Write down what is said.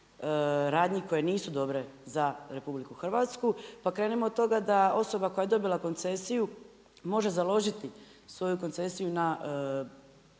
radnji koje nisu dobre za RH, pa krenimo od toga da osoba koja je dobila koncesiju može založiti svoju koncesiju na